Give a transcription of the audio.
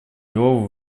его